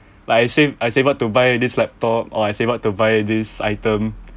like I save I save up to buy this laptop or I save up to buy this item